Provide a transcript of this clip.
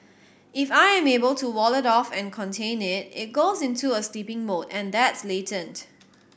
if I am able to wall it off and contain it it goes into a sleeping mode and that's latent